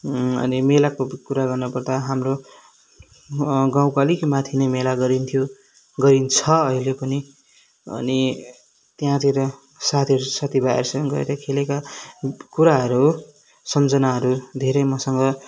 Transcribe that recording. अनि मेलाको कुरा गर्नुपर्दा हाम्रो गाउँको अलिक माथि नै मेला गरिन्थ्यो गरिन्छ अहिले पनि अनि त्यहाँतिर साथीहरू साथीभाइहरूसँग गएर खेलेका कुराहरू सम्झनाहरू धेरै मसँग